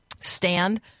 stand